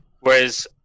Whereas